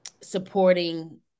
supporting